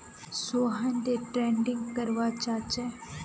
Sohan day trading करवा चाह्चे